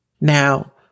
Now